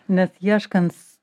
nes ieškant